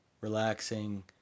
relaxing